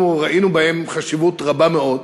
אנחנו ראינו בהם חשיבות רבה מאוד,